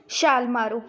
ਛਾਲ ਮਾਰੋ